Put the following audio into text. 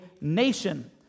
nation